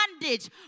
bondage